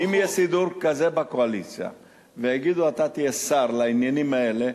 אם יהיה סידור כזה בקואליציה ויגידו: אתה תהיה שר לעניינים האלה,